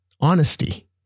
honesty